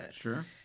Sure